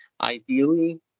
ideally